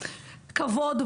כבוד.